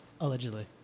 Allegedly